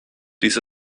dies